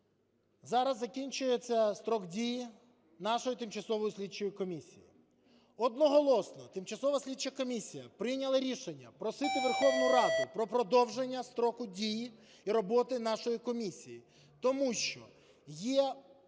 зараз закінчується строк дії нашої тимчасової слідчої комісії. Одноголосно тимчасова слідча комісія прийняла рішення просити Верховну Раду про продовження строку дії і роботи нашої комісії, тому що є дійсно